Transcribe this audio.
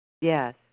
Yes